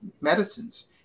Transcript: medicines